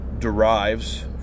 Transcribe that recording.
Derives